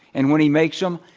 and when he makes them,